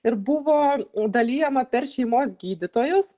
ir buvo dalijama per šeimos gydytojus